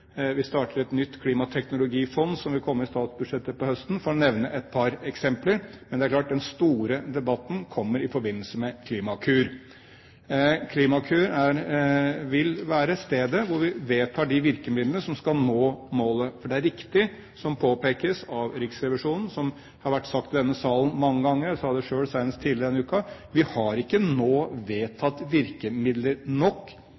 vi starter et nytt klimateknologifond, som vil komme i statsbudsjettet til høsten – for å nevne et par eksempler. Men det er klart at den store debatten kommer i forbindelse med Klimakur. Klimakur vil være stedet hvor vi vedtar de virkemidlene som gjør at vi når målet. Det er riktig som det påpekes av Riksrevisjonen, og som det har vært sagt i denne salen mange ganger – jeg sa det selv senest tidligere denne uken – at vi har ikke nå